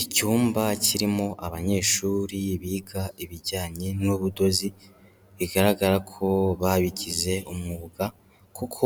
Icyumba kirimo abanyeshuri biga ibijyanye n'ubudozi, bigaragara ko babigize umwuga kuko